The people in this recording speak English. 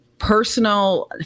personal